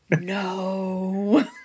No